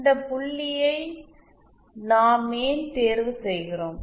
இந்த புள்ளியை நாம் ஏன் தேர்வு செய்கிறோம்